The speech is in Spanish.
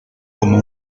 como